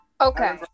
Okay